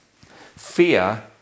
Fear